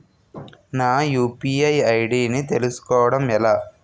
నా UPI ID ని తెలుసుకోవడం ఎలా?